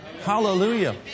Hallelujah